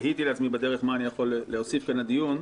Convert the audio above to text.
תהיתי לעצמי בדרך מה אני יכול להוסיף כאן לדיון.